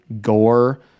gore